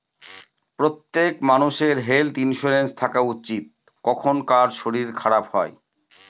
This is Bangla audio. প্রত্যেক মানষের হেল্থ ইন্সুরেন্স থাকা উচিত, কখন কার শরীর খারাপ হয়